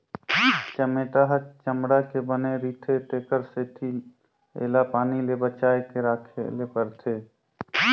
चमेटा ह चमड़ा के बने रिथे तेखर सेती एला पानी ले बचाए के राखे ले परथे